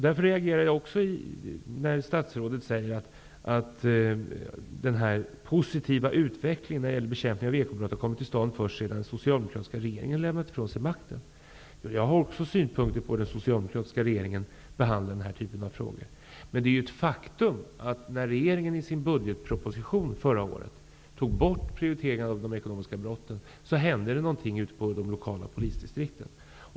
Jag reagerade därför också när statsrådet sade att den här positiva utvecklingen när det gäller bekämpningen av ekobrotten kom till stånd först efter det att den socialdemokratiska regeringen lämnade ifrån sig makten. Jag har också synpunkter på hur den socialdemokratiska regeringen behandlar den här typen av frågor. Det är dock ett faktum att när regeringen i sin budgetproposition förra året tog bort prioriteringen av de ekonomiska brotten, hände det någonting ute i de lokala polisdistrikten.